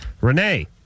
Renee